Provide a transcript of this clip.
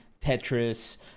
Tetris